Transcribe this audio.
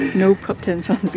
no, pup tents on the